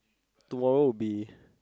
tomorrow would be